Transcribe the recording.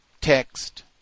text